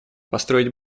построить